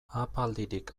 ahapaldirik